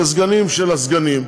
כסגנים של הסגנים,